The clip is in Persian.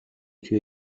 توی